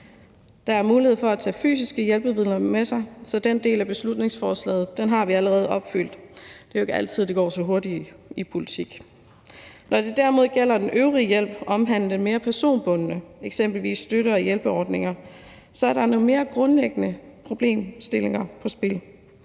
Der er mulighed for at tage fysiske hjælpemidler med sig, så den del af beslutningsforslaget har vi allerede opfyldt. Det er jo ikke altid, at det går så hurtigt i politik. Når det derimod gælder den øvrige hjælp omhandlende mere personbundne støtte- og hjælpeordninger eksempelvis, er der nogle mere grundlæggende problemstillinger på spil.